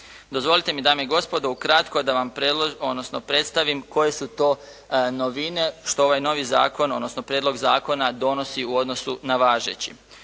Dozvolite mi dame i gospodo ukratko da vam predstavim koje su to novine što ovaj novi zakon odnosno prijedlog zakona donosi u odnosu na važeći.